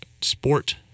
sport